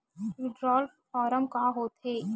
withdrawal form का होथेय